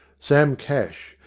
sam cash,